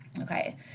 okay